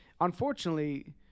unfortunately